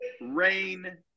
rain